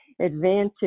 advantage